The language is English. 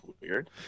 weird